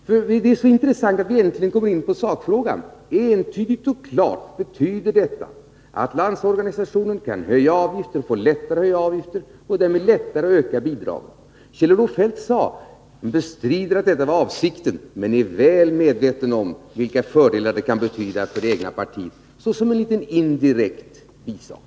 Herr talman! Jag har inte gjort annat än lyssnat till Kjell-Olof Feldt. Det är intressant att vi äntligen kom in på sakfrågan. Entydigt och klart betyder detta att Landsorganisationen får lättare att höja avgifter och att det därmed ärlättare att öka bidragen. Kjell-Olof Feldt bestrider att det var avsikten men är väl medveten om vilka fördelar detta kan betyda för det egna partiet såsom en indirekt bisak.